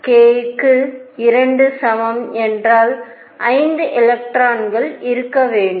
K க்கு 2 சமம் என்றால் 5 எலக்ட்ரான்கள் இருக்க வேண்டும்